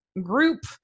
group